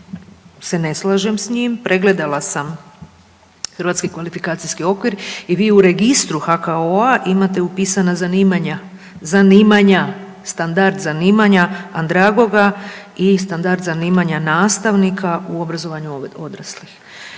se ne slažem s njim. Pregledala sam Hrvatski kvalifikacijski okvir i vi u Registru HKO-a imate upisana zanimanja, zanimanja, standard zanimanja andragoga i standard zanimanja nastavnika u obrazovanju odraslih.